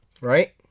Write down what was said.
right